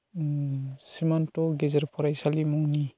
सिमान्त गेजेर फरायसालि मुंनि